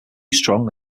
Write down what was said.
strong